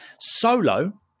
Solo